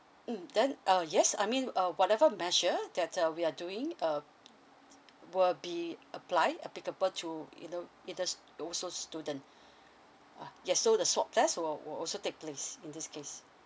mmhmm then uh yes I mean uh whatever measure that uh we are doing uh will be applied applicable to you know it is also student ah yes so the swab test will will also take place in this case